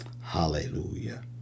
hallelujah